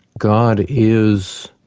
god is